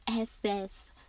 access